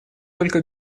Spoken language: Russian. только